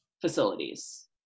facilities